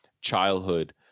childhood